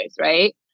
right